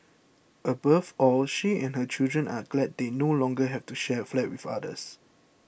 above all she and her children are glad they no longer have to share a flat with others